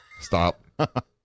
Stop